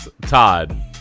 Todd